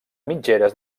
mitgeres